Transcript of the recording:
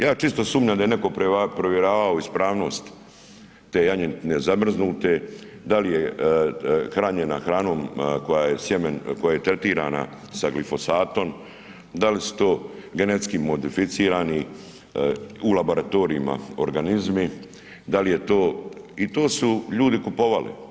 Ja čisto sumnjam da je netko provjeravao ispravnost te janjetine zamrznute, da li je hranjena hranom koja je sjeme, koja je tretirana sa glifosatom, da li su to GMO u laboratorijima organizmi, da li je to i to su ljudi kupovali.